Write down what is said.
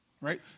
Right